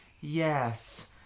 Yes